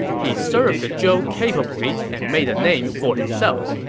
he served the zhou capably and made a name for himself.